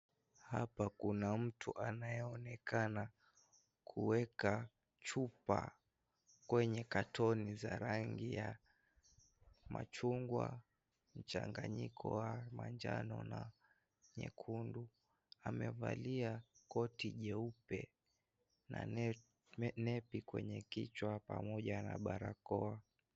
Hapa kuna mtu anayeonekana kuweka chupa kwenye carton za rangi ya machungwa, mchanganyiko wa manjano na nyekundu. Amevalia koti jeupe na nebi kwenye kichwa pamoja na barakoa.